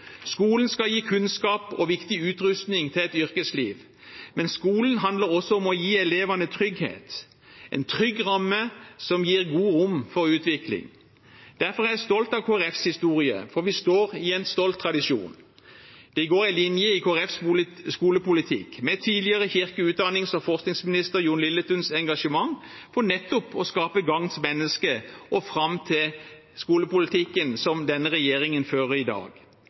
Skolen skal gi kunnskap og viktig utrustning til et yrkesliv, men skolen handler også om å gi elevene trygghet, en trygg ramme som gir godt rom for utvikling. Derfor er jeg stolt av Kristelig Folkepartis historie – for vi står i en stolt tradisjon. Det går en linje i Kristelig Folkepartis skolepolitikk fra tidligere kirke-, utdannings- og forskningsminister Jon Lilletuns engasjement for å «skape gagns menneske» og fram til skolepolitikken som denne regjeringen fører i dag.